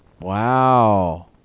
Wow